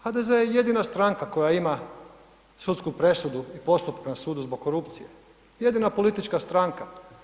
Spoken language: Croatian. HDZ je jedina stranka koja ima sudsku presudu u postupku na sudu zbog korupcije, jedina politička stranka.